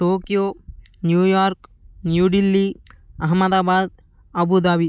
Tokyo New York New Delhi Ahmedabad Abu Dhabi